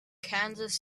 kansas